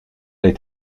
les